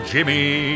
Jimmy